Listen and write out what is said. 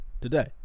today